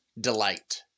Delight